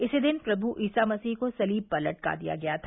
इसी दिन प्रमु ईसा मसीह को सलीब पर लटका दिया गया था